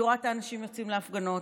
אני רואה את האנשים יוצאים להפגנות,